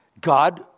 God